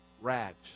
rags